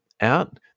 out